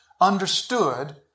understood